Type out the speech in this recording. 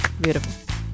beautiful